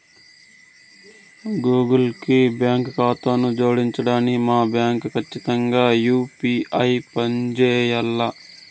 Google కి బాంకీ కాతాను జోడించడానికి మా బాంకీ కచ్చితంగా యూ.పీ.ఐ పంజేయాల్ల